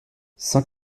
cent